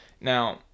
Now